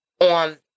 on